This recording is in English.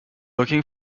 looking